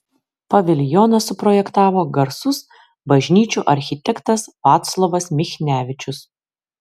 paviljoną suprojektavo garsus bažnyčių architektas vaclovas michnevičius